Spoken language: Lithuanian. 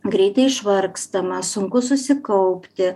greitai išvargstama sunku susikaupti